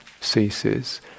ceases